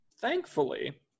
thankfully